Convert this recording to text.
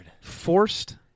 forced